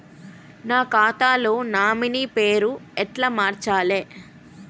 నా ఖాతా లో నామినీ పేరు ఎట్ల మార్చాలే?